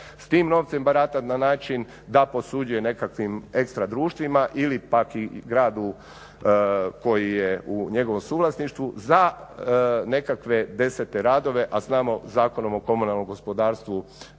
s tim novcem baratati na način da posuđuje nekakvim ekstra društvima ili pak gradu koji je u njegovom suvlasništvu za nekakve desete radove, a znamo Zakonom o komunalnom gospodarstvu